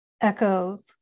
Echoes